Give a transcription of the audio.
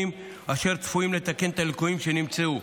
אשר צפויים לתקן את הליקויים שנמצאו.